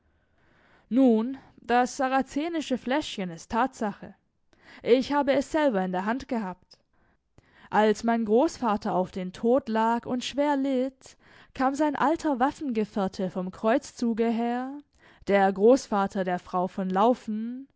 nun das sarazenische fläschchen ist tatsache ich habe es selber in der hand gehabt als mein großvater auf den tod lag und schwer litt kam sein alter waffengefährte vom kreuzzuge her der großvater der frau von laufen